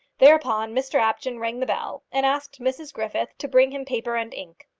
thereupon mr apjohn rang the bell, and asked mrs griffith to bring him paper and ink.